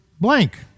blank